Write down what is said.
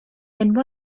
then